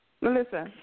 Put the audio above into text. Melissa